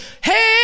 hey